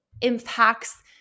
impacts